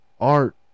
art